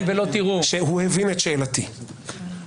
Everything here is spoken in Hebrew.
שהוא הבין את שאלתי ----- ולא תראו.